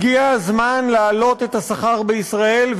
הגיע הזמן להעלות את השכר בישראל,